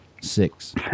Six